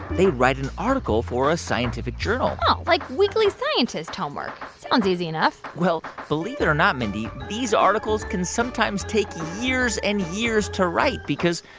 they write an article for a scientific journal oh, like weekly scientist homework. sounds easy enough well, believe it or not, mindy, these articles can sometimes take years and years to write because,